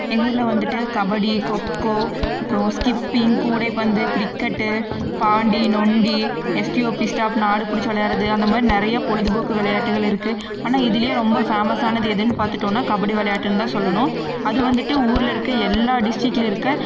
எங்கள் ஊரில் வந்துட்டு கபடி கோக்கோ அப்றோம் ஸ்கிப்பிங்க் கூடைப்பந்து கிரிக்கெட்டு பாண்டி நொண்டி எஸ்டிஓபி ஸ்டாப்னு ஆடு பிடிச்சி விளாடுறது அந்தமாதிரி நிறையா பொழுது போக்கு விளயாட்டுகள் இருக்குது ஆனால் இதிலயும் ரொம்ப பேமஸ் ஆனது எதுன்னு பார்த்துட்டோம்னா கபடி விளையாட்டுன்னு தான் சொல்லணும் அது வந்துட்டு ஊர்ல இருக்க எல்லா டிஸ்ட்ரிக்கில் இருக்க